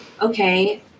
okay